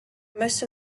most